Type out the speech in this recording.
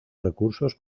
recursos